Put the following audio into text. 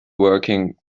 working